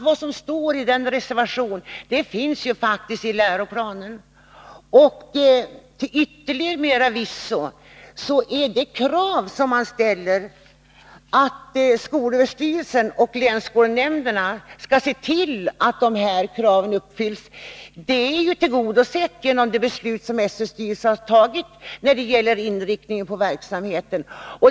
Allt som står i reservationen finns faktiskt i läroplanen. Till yttermera visso är reservanternas förslag, att skolöverstyrelsen och länsskolnämnderna skall se till att de här kraven uppfylls, redan tillgodosett genom det beslut som SÖ:s styrelse har fattat när det gäller verksamhetens inriktning.